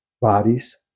bodies